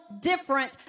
different